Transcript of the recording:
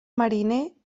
mariner